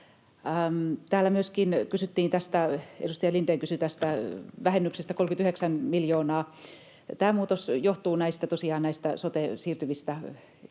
Edustaja Lindén kysyi tästä vähennyksestä, 39 miljoonaa. Tämä muutos johtuu tosiaan näistä soteen siirtyvistä